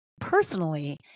personally